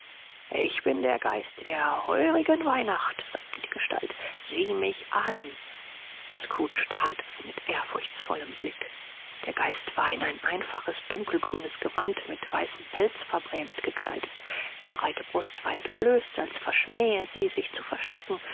ich bin der geist der heurigen weihnacht sagte die gestalt sieh mich an scrooge that es mit ehrfurchtsvollem blick der geist war in ein einfaches dunkelgrünes gewand mit weißem pelz verbrämt gekleidet die breite brust war entblößt als verschmähe sie sich zu verstecken